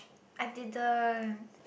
I didn't